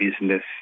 business